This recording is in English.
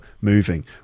moving